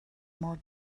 more